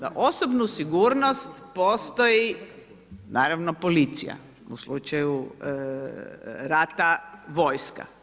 Za osobnu sigurnost postoji naravno policija, u slučaju rata vojska.